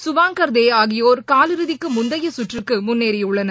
சுபாங்கர்தேஆகியோர் காலிறுதிக்குமுந்தையசுற்றுக்குமுன்னேறியுள்ளனர்